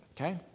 Okay